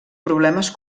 problemes